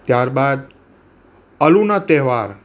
ત્યાર બાદ અલુના તહેવાર